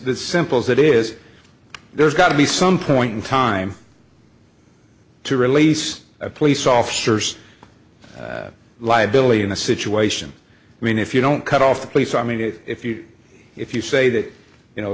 the simple as that is there's got to be some point in time to release a police officer's liability in a situation i mean if you don't cut off the police i mean if you if you say that you know